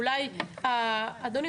אדוני,